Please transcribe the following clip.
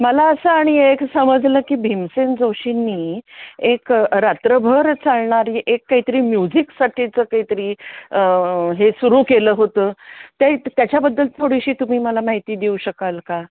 मला असं आणि एक समजलं की भीमसेन जोशींनी एक रात्रभर चालणारी एक काही तरी म्युझिकसाठीचं काही तरी हे सुरू केलं होतं ते त्याच्याबद्दल थोडीशी तुम्ही मला माहिती देऊ शकाल का